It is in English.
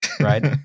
Right